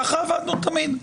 ככה עבדנו תמיד.